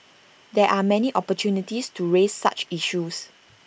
there are many opportunities to raise such issues